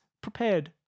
prepared